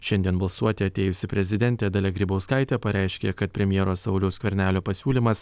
šiandien balsuoti atėjusi prezidentė dalia grybauskaitė pareiškė kad premjero sauliaus skvernelio pasiūlymas